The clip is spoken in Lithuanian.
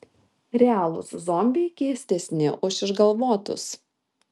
realūs zombiai keistesni už išgalvotus